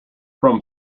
from